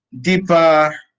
deeper